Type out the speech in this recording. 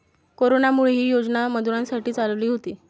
कोरोनामुळे, ही योजना मजुरांसाठी चालवली होती